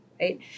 right